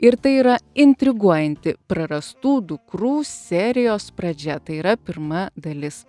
ir tai yra intriguojanti prarastų dukrų serijos pradžia tai yra pirma dalis